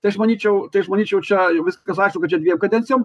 tai aš manyčiau tai aš manyčiau čia viskas aišku kad čia dviem kadencijom